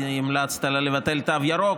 המלצת לה לבטל תו ירוק,